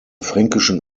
fränkischen